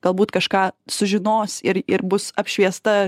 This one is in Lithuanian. galbūt kažką sužinos ir ir bus apšviesta